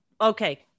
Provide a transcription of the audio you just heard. okay